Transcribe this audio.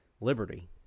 liberty